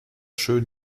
schön